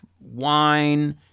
wine